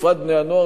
ובפרט בני-הנוער,